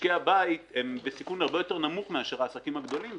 משקי הבית הם בסיכון הרבה יותר נמוך מאשר העסקים הגדולים,